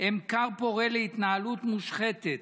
הם כר פורה להתנהלות מושחתת.